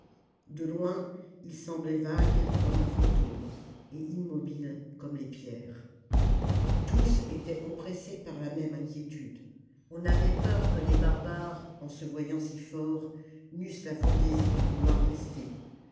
de loin il semblait vague comme un fantôme et immobile comme les pierres tous étaient oppressés par la même inquiétude on avait peur que les barbares en se voyant si forts n'eussent la fantaisie de vouloir rester